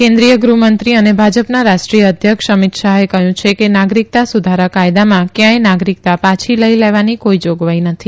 કેન્દ્રીય ગૃહમંત્રી અને ભાજપના રાષ્ટ્રીય અધ્યક્ષ અમિત શાહે કહ્યું છે કે નાગરિકતા સુધારા કાયદામાં ક્યાંય નાગરિકતા પાછી લઇ લેવાની કોઇ જોગવાઇ નથી